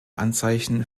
anzeichen